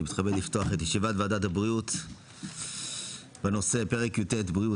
אני מתכבד לפתוח את ישיבת ועדת הבריאות בנושא פרק י"ט (בריאות),